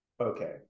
Okay